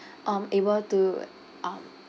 um able to um